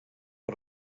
per